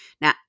Now